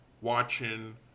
watching